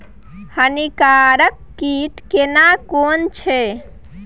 हानिकारक कीट केना कोन छै?